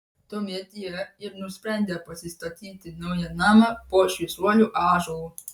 tuomet jie ir nusprendė pasistatyti naują namą po šviesuolių ąžuolu